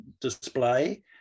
display